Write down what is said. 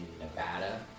Nevada